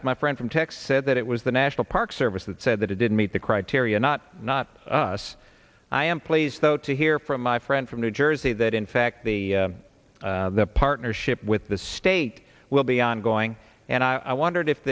as my friend from texas said that it was the national park service that said that it didn't meet the criteria not not us i am pleased to hear from my friend from new jersey that in fact the partnership with the state will be ongoing and i wondered if